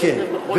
ישתתף בכל, כן.